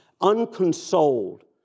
unconsoled